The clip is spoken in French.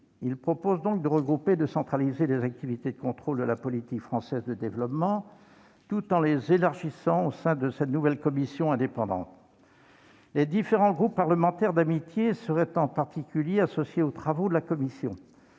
vise donc à regrouper et à centraliser les activités de contrôle de la politique française de développement, tout en les élargissant au sein de cette nouvelle commission indépendante. Les différents groupes parlementaires d'amitié seraient en particulier associés aux travaux de la commission,